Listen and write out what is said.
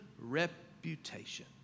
reputation